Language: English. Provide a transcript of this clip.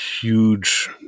huge